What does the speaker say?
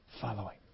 following